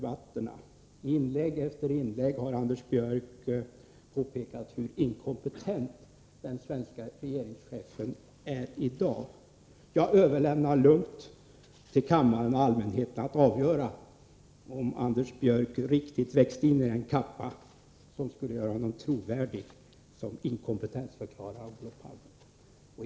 I inlägg efter inlägg har Anders Björck påpekat i dag hur inkompetent den svenske regeringschefen är. Jag överlämnar lugnt till kammaren och allmänheten att avgöra om Anders Björck riktigt växt in i den kappa som skulle göra honom trovärdig som inkompetensförklarare av Olof Palme.